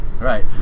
Right